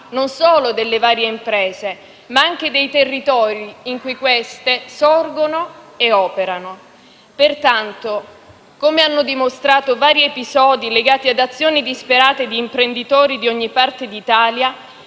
non solo delle varie imprese, ma anche dei territori in cui queste sorgono e operano. Pertanto, come hanno dimostrato vari episodi legati ad azioni disperate di imprenditori di ogni parte d'Italia,